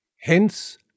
Hence